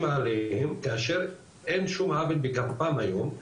עליהם כאשר אין שום עוול בכפם היום,